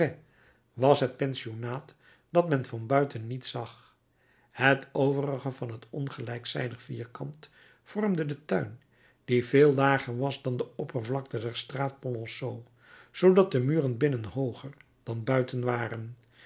was het pensionaat dat men van buiten niet zag het overige van het ongelijkzijdig vierkant vormde den tuin die veel lager was dan de oppervlakte der straat polonceau zoodat de muren binnen hooger dan buiten waren